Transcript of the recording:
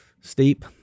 steep